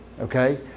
okay